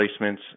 placements